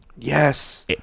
Yes